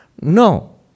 No